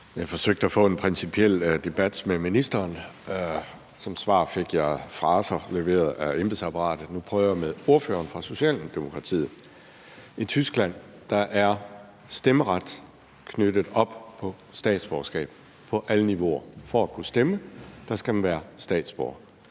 Jeg forsøgte at få en principiel debat med ministeren. Som svar fik jeg fraser leveret af embedsapparatet. Nu prøver jeg med ordføreren for Socialdemokratiet. I Tyskland er stemmeret knyttet op på statsborgerskab på alle niveauer. For at kunne stemme skal man være statsborger.